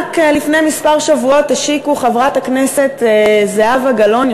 רק לפני כמה שבועות השיקו חברת הכנסת זהבה גלאון,